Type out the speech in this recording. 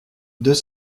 deux